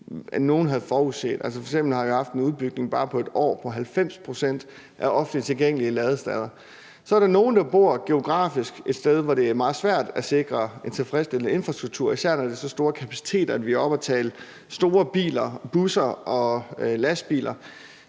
end nogen havde forudset. Altså, f.eks. er der bare på et år sket en udbygning af offentligt tilgængelige ladestandere på 90 pct. Så er der nogle, der bor steder, hvor det er meget svært at sikre en tilfredsstillende infrastruktur, især når det er så store kapaciteter, vi taler om, altså store biler, busser og lastbiler,